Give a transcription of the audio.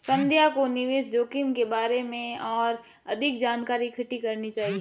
संध्या को निवेश जोखिम के बारे में और अधिक जानकारी इकट्ठी करनी चाहिए